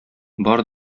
бар